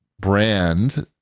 brand